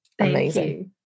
Amazing